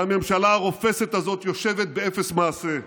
והממשלה הרופסת הזאת יושבת באפס מעשה.